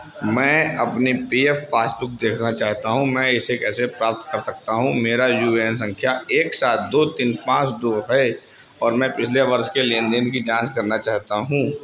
मैं अपनी P F passbook देखना चाहता हूँ मैं इसे कैसे प्राप्त कर सकता हूँ मेरा यू ए एन संख्या एक सात दो तीन पाँच दो है और मैं पिछले वर्ष के लेन देन की जाँच करना चाहता हूँ